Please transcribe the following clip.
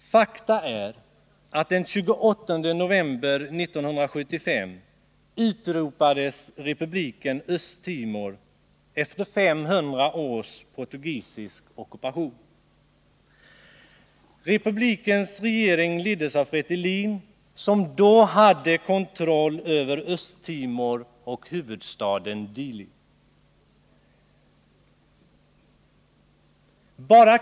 Fakta är följande. Den 28 november 1975 utropades republiken Östtimor efter 500 års portugisisk ockupation. Republikens regering leddes av Fretilin, som då hade kontroll över Östtimor och huvudstaden Dili.